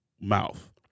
mouth